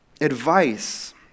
Advice